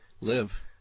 live